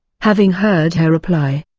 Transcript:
having heard her reply.